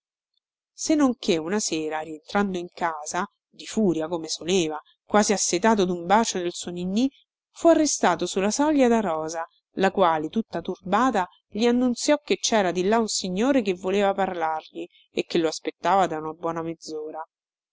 non che una sera rientrando in casa di furia come soleva quasi assetato dun bacio del suo ninnì fu arrestato su la soglia da rosa la quale tutta turbata gli annunziò che cera di là un signore che voleva parlargli e che lo aspettava da una buona mezzora